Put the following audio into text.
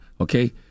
okay